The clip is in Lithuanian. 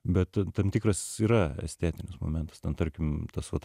bet tam tikras yra estetinis momentas ten tarkim tas vat